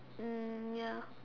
mm ya